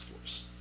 Force